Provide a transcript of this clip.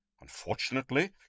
Unfortunately